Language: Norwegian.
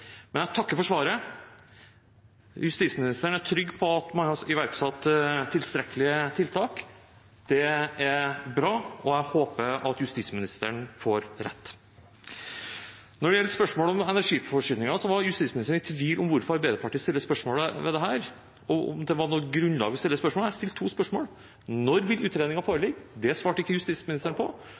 Men jeg takker for svaret. Justisministeren er trygg på at man har iverksatt tilstrekkelig med tiltak. Det er bra, og jeg håper at justisministeren får rett. Når det gjelder spørsmålet om energiforsyning, var justisministeren i tvil om hvorfor Arbeiderpartiet stilte spørsmål om dette, og om det var noe grunnlag for å stille spørsmål. Jeg stilte to spørsmål: Det første var: Når vil utredningen foreligge? Det svarte ikke justisministeren på.